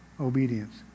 Obedience